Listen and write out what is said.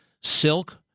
Silk